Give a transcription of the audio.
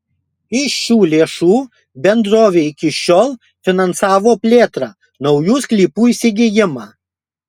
iš šių lėšų bendrovė iki šiol finansavo plėtrą naujų sklypų įsigijimą